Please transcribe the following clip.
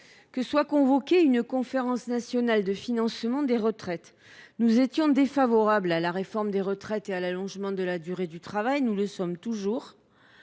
que soit convoquée une conférence nationale de financement des retraites. Nous étions défavorables à la réforme des retraites et à l’allongement de la durée de travail, nous le sommes toujours.